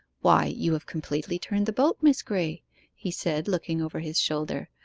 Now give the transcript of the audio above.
why, you have completely turned the boat, miss graye he said, looking over his shoulder.